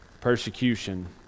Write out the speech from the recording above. persecution